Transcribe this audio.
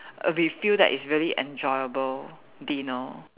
we feel that it's very enjoyable dinner